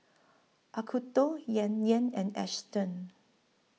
Acuto Yan Yan and Astons